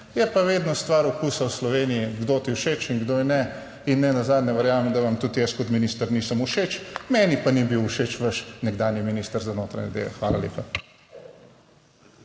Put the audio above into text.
Je pa vedno stvar okusa v Sloveniji, kdo ti je všeč in kdo ne in nenazadnje verjamem, da vam tudi jaz kot minister nisem všeč. Meni pa ni bil všeč vaš nekdanji minister za notranje zadeve. Hvala lepa.